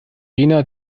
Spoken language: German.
rena